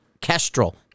Kestrel